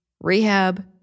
rehab